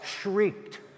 shrieked